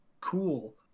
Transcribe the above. Cool